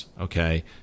okay